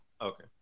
Okay